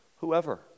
Whoever